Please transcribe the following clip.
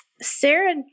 sarah